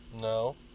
No